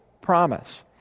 promise